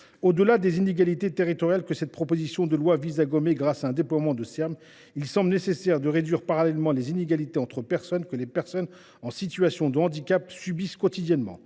au delà des inégalités territoriales que cette proposition de loi vise à gommer, il est nécessaire de réduire parallèlement les inégalités entre individus, que les personnes en situation de handicap subissent quotidiennement.